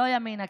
לא ימינה,